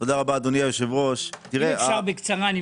אם אפשר בקצרה.